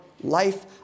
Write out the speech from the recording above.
life